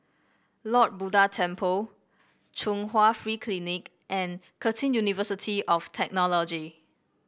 Lord Buddha Temple Chung Hwa Free Clinic and Curtin University of Technology